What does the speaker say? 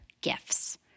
gifts